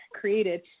created